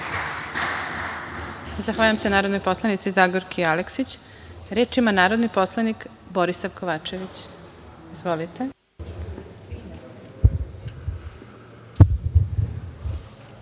Zahvaljujem se narodnoj poslanici Zagorki Aleksić. Reč ima narodni poslanik Borisav Kovačević. Izvolite.